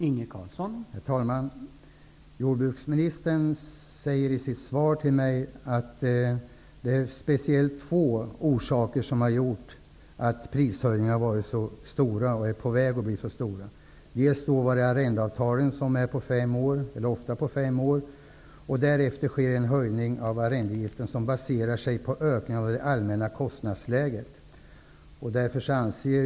Herr talman! Jordbruksministern säger i sitt svar att det är speciellt två orsaker som har bidragit till att prishöjningarna blivit så stora och fortsätter att öka. En orsak är att arrendeavtalen ofta löper på fem år. Därefter sker en höjning av arrendeavgiften som baserar sig på ökningen av det allmänna kostnadsläget.